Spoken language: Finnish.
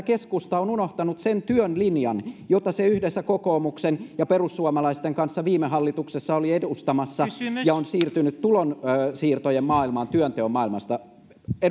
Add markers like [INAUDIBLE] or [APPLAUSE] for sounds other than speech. [UNINTELLIGIBLE] keskusta on unohtanut sen työn linjan jota se yhdessä kokoomuksen ja perussuomalaisten kanssa viime hallituksessa oli edustamassa ja on siirtynyt tulonsiirtojen maailmaan työnteon maailmasta